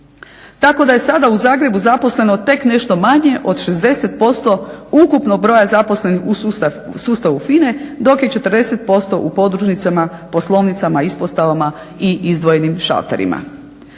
tako da je sada u Zagrebu zaposleno tek nešto manje od 60% ukupnog broja zaposlenih u sustavu FINA-e dok je 40% u podružnicama, poslovnicama, ispostavama i izdvojenim šalterima.